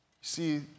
See